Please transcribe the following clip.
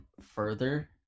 further